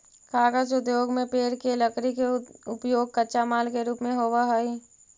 कागज उद्योग में पेड़ के लकड़ी के उपयोग कच्चा माल के रूप में होवऽ हई